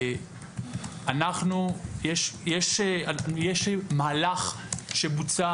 יש מהלך שבוצע